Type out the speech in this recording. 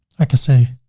i can say